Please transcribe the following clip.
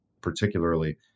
particularly